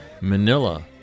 Manila